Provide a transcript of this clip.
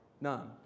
None